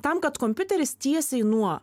tam kad kompiuteris tiesiai nuo